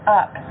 up